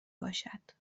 باشد